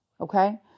okay